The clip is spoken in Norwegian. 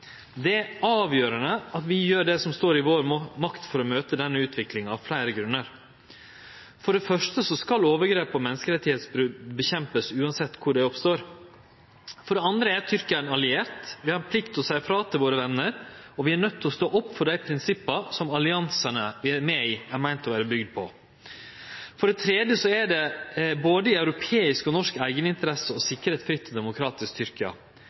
Det er avgjerande at vi gjer det som står i vår makt for å møte denne utviklinga – av fleire grunnar. For det første skal overgrep og menneskerettsbrot nedkjempast uansett kvar dei oppstår. For det andre er Tyrkia ein alliert – vi har plikt til å seie frå til våre vener, og vi er nøydde til å stå opp for dei prinsippa som alliansane vi er med i, er meinte å vere bygde på. For det tredje er det i både europeisk og norsk eigeninteresse å sikre eit fritt, demokratisk